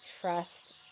trust